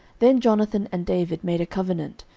then jonathan and david made a covenant,